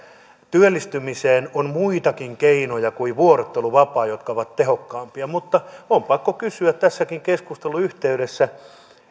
työllistymiseen on muitakin keinoja kuin vuorotteluvapaa jotka ovat tehokkaampia mutta on pakko kysyä tässäkin keskustelun yhteydessä